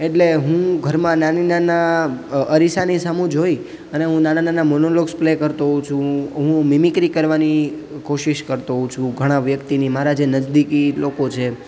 એટલે હું ઘરમાં નાની નાના અરીસાની સામું જોઈ અને હું નાના નાના મોનોલોગ્સ પ્લે કરતો હોઉં છું હું મિમિક્રી કરવાની કોશિશ કરતો હોઉં છું ઘણા વ્યક્તિની મારા જે નજદીકી લોકો છે